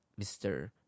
Mr